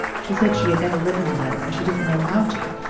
she said she had never written a letter and she didn't know how to,